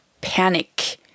panic